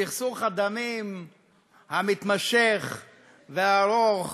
סכסוך הדמים המתמשך והארוך